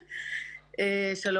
שפרה.